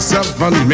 Seven